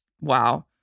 wow